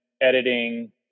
editing